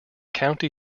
county